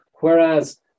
Whereas